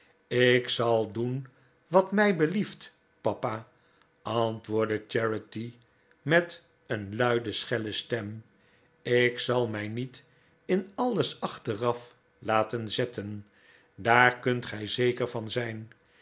ik zal doen wat mij belieft papa antwoordde charity met een luide schelle stem ik zal mij niet in alles achteraf laten zetten daar kunt gij zeker van zijn